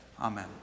amen